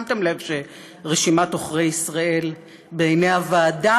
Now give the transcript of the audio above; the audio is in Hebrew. שמתם לב שרשימת עוכרי ישראל בעיני הוועדה